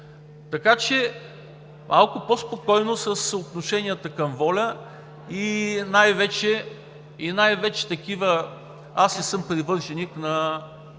Така че малко по-спокойно с отношенията към ВОЛЯ и най вече такива... Аз не съм привърженик на